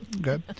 good